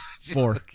four